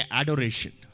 adoration